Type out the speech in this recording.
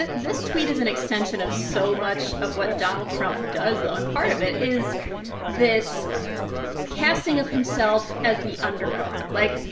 this tweet is an extension of so much of what donald trump does, though. and part of it is this casting of himself as the underdog. like,